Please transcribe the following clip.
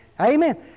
Amen